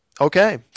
Okay